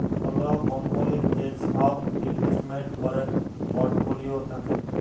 call কম্পলির যে সব ইলভেস্টমেন্ট ক্যরের পর্টফোলিও থাক্যে